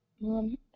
Mom